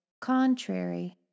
Contrary